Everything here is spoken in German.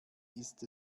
ist